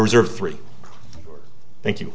reserve three thank you